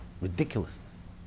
ridiculousness